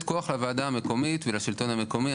לתת כוח לוועדה המקומית ולשלטון המקומי.